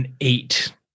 eight